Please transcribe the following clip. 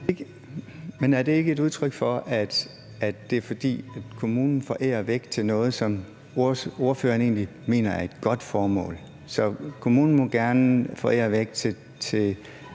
Men er det ikke, fordi kommunen forærer til noget, som ordføreren egentlig mener er et godt formål? Så kommunen må gerne forære til